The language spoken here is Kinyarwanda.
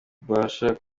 mbasha